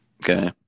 Okay